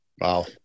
Wow